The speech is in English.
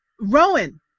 rowan